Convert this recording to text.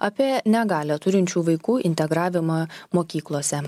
apie negalią turinčių vaikų integravimą mokyklose